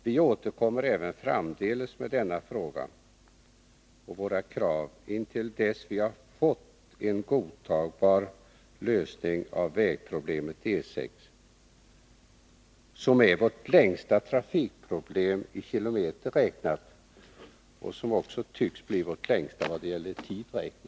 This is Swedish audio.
Vi återkommer framdeles med denna fråga och våra krav intill dess vi har fått en godtagbar lösning av vägproblemet E 6— som är vårt längsta trafikproblem i kilometer räknat och som också tycks bli vårt längsta i tid räknat.